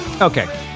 Okay